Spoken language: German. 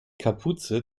kapuze